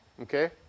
okay